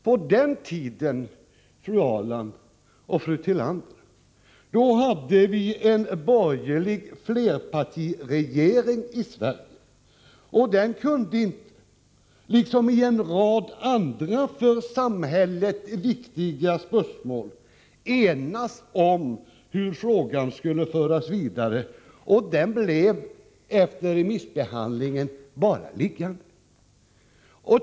På den tiden, fru Ahrland och fru Tillander, hade vi en borgerlig flerpartiregering i Sverige, och den kunde inte — liksom beträffande en rad andra för samhället viktiga spörsmål — enas om hur frågan skulle föras vidare. Efter remissbehandlingen blev frågan liggande.